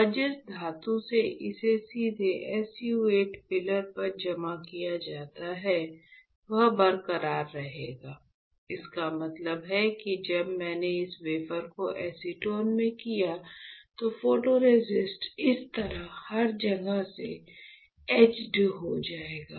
और जिस धातु में इसे सीधे SU 8 पिलर पर जमा किया जाता है वह बरकरार रहेगा इसका मतलब है कि जब मैंने इस वेफर को एसीटोन में किया तो फोटोरेसिस्ट इस तरह हर जगह से एचड हो जाएगा